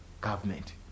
government